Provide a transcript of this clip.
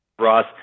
Ross